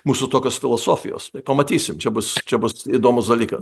mūsų tokios filosofijos pamatysim čia bus čia bus įdomus dalykas